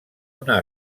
una